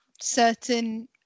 certain